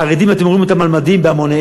חרדים, אתם רואים אותם על מדים בהמוניהם.